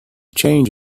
change